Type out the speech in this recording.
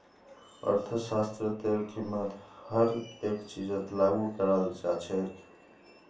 अर्थशास्त्रतेर कीमत हर एक चीजत लागू कराल जा छेक